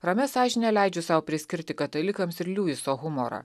ramia sąžine leidžiu sau priskirti katalikams ir liuiso humorą